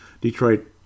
Detroit